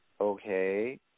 okay